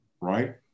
Right